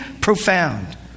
profound